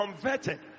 converted